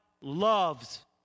loves